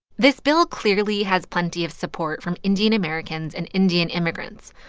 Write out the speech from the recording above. this bill clearly has plenty of support from indian-americans and indian immigrants.